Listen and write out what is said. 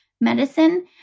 medicine